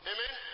Amen